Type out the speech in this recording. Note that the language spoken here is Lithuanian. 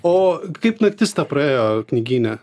o kaip naktis ta praėjo knygyne